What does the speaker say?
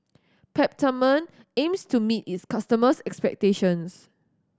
Peptamen aims to meet its customers' expectations